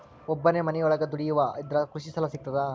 ಒಬ್ಬನೇ ಮನಿಯೊಳಗ ದುಡಿಯುವಾ ಇದ್ರ ಕೃಷಿ ಸಾಲಾ ಸಿಗ್ತದಾ?